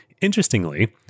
Interestingly